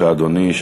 בבקשה, אדוני.